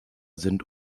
sind